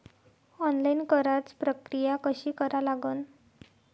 Online कराच प्रक्रिया कशी करा लागन?